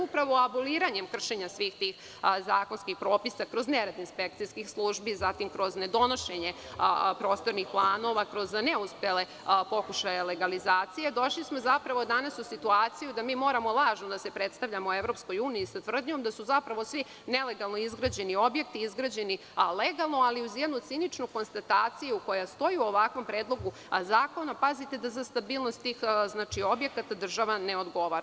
Upravo aboliranjem kršenja svih tih zakonskih propisa, kroz nerad inspekcijskih službi, kroz nedonošenje prostornih planova, kroz neuspele pokušaje legalizacije, došli smo zapravo danas u situaciju da mi moramo lažno da se predstavljamo EU sa tvrdnjom da su zapravo svi nelegalno izgrađeni objekti izgrađeni legalno, ali uz jednu činičnu konstataciju koja stoji u ovakvom predlogu zakona – da za stabilnost tih objekata država ne odgovara.